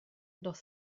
dans